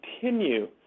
continue